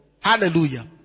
Hallelujah